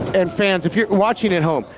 and fans, if you're watching at home,